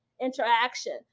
interaction